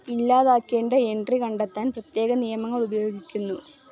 ഇല്ലാതാക്കേണ്ട entry കണ്ടെത്താൻ പ്രത്യേക നിയമങ്ങൾ ഉപയോഗിക്കുന്നു